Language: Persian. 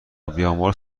بیامرز